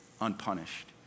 unpunished